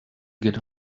get